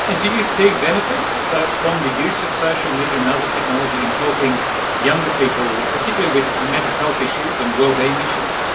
and you see benefits from the use of social media and other technology in helping younger people, particularly with mental health issues and well-being issues?